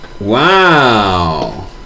Wow